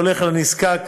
הולך לנזקק,